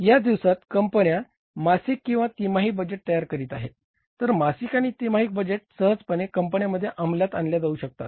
या दिवसात कंपन्या मासिक किंवा तिमाही बजेट तयार करत आहेत तर मासिक आणि तिमाही बजेटिंग सहजपणे कंपन्यांमध्ये अंमलात आणल्या जाऊ शकतात